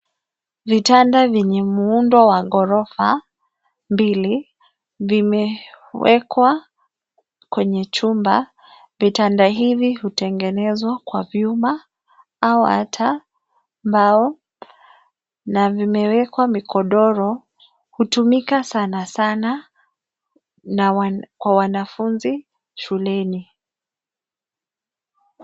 Vitanda vyenye muundo wa ghorofa mbili vimewekwa kwenye chumba. Vitanda hivi hutengenezwa kwa vyuma au hata mbao na vimewekwa migodoro. Hutumika sana sana kwa wanafunzi shuleni.